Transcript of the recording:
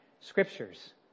scriptures